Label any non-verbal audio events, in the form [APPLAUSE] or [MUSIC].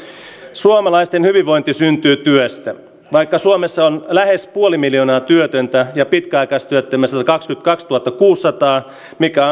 suomalaisten hyvinvointi syntyy työstä vaikka suomessa on lähes puoli miljoonaa työtöntä ja pitkäaikaistyöttömiä satakaksikymmentäkaksituhattakuusisataa mikä [UNINTELLIGIBLE]